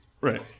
Right